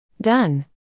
Done